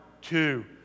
two